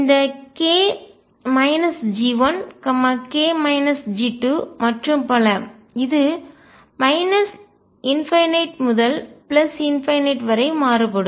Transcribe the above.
இந்த k G1 k G2 மற்றும் பல இது ∞ முதல் வரை மாறுபடும்